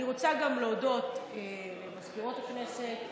אני רוצה גם להודות למזכירות הכנסת.